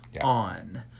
on